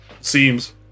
Seems